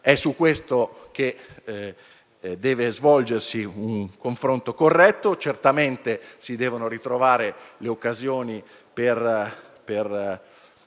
È su questo che deve svolgersi un confronto corretto. Certamente, si devono ritrovare le occasioni per